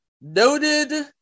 noted